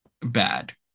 bad